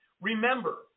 Remember